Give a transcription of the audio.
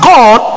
God